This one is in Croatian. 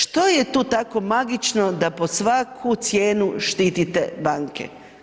Što je tu tako magično da pod svaku cijenu štitite banke?